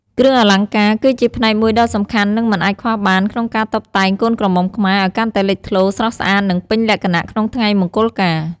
គ្រឿងអលង្ការគឺជាផ្នែកមួយដ៏សំខាន់ និងមិនអាចខ្វះបានក្នុងការតុបតែងកូនក្រមុំខ្មែរ ឲ្យកាន់តែលេចធ្លោ ស្រស់ស្អាត និងពេញលក្ខណៈក្នុងថ្ងៃមង្គលការ។